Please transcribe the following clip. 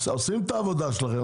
עושים את העבודה שלכם,